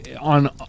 on